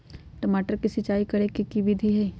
टमाटर में सिचाई करे के की विधि हई?